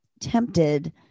Tempted